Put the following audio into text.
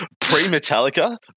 pre-Metallica